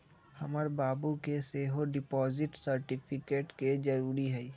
हमर बाबू के सेहो डिपॉजिट सर्टिफिकेट के जरूरी हइ